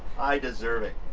i deserve it!